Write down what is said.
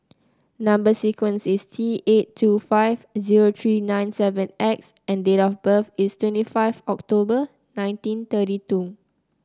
number sequence is T eight two five zero three nine seven X and date of birth is twenty five October nineteen thirty two